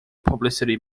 publicity